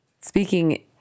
speaking